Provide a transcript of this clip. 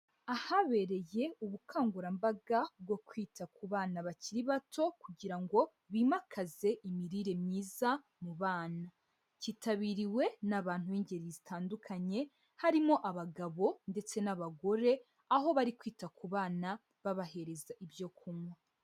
Ahabereye ubukangurambaga bwo kwita ku bana bakiri bato kugira ngo bimakaze imirire myiza mu bana. Cyitabiriwe n'abantu b'ingeri zitandukanye harimo abagabo ndetse n'abagore, aho bari kwita ku bana babahereza ibyo kunywa.